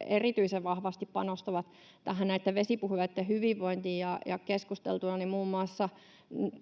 erityisen vahvasti panostavat näitten vesipuhveleitten hyvinvointiin, pois sen mahdollisuuden. Keskusteltuani muun muassa